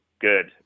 good